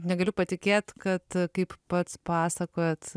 negaliu patikėt kad kaip pats pasakojot